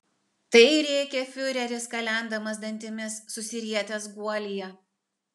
tai rėkė fiureris kalendamas dantimis susirietęs guolyje